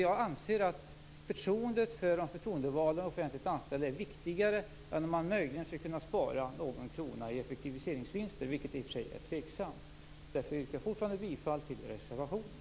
Jag anser att förtroendet för de förtroendevalda och de offentligt anställda är viktigare än att möjligen kunna spara någon krona i effektiviseringsvinster, vilket i och för sig är tveksamt. Därför yrkar jag fortfarande bifall till reservationen.